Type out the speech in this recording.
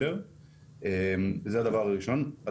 הדבר השני הוא שאנחנו כן רואים אינדיקציות